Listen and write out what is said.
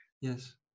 Yes